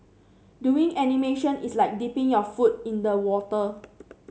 doing animation is like dipping your foot in the water